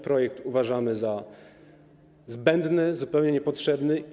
Projekt uważamy za zbędny, zupełnie niepotrzebny.